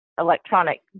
electronic